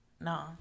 No